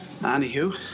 Anywho